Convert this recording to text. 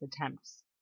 attempts